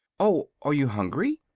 oh are you hungry?